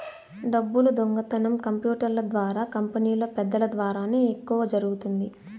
డబ్బులు దొంగతనం కంప్యూటర్ల ద్వారా కంపెనీలో పెద్దల ద్వారానే ఎక్కువ జరుగుతుంది